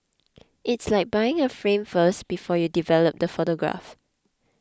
it's like buying a frame first before you develop the photograph